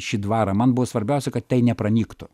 šį dvarą man buvo svarbiausia kad tai nepranyktų